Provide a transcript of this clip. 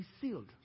sealed